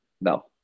no